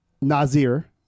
nazir